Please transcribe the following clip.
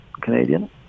Canadian